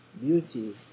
beauties